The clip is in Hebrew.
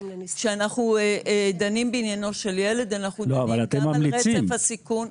כשאנחנו דנים בעניינו של ילד אנחנו דנים גם על רצף הסיכון.